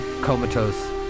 comatose